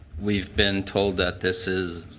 we've been told that this is